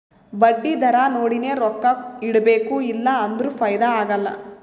ಬಡ್ಡಿ ದರಾ ನೋಡಿನೆ ರೊಕ್ಕಾ ಇಡಬೇಕು ಇಲ್ಲಾ ಅಂದುರ್ ಫೈದಾ ಆಗಲ್ಲ